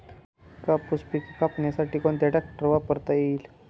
कापूस पिके कापण्यासाठी कोणता ट्रॅक्टर वापरता येईल?